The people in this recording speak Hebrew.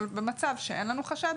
אבל מה אנחנו עושים במצב שאין לנו חשד.